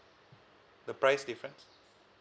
the price difference